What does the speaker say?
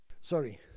sorry